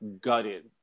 gutted